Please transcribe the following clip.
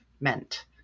meant